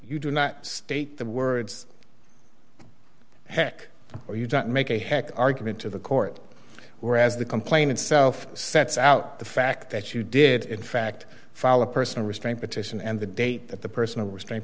you do not state the words heck or you don't make a hack argument to the court whereas the complaint itself sets out the fact that you did in fact follow a personal restraint petition and the date that the personal restraint